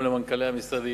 גם למנכ"לי המשרדים.